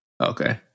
Okay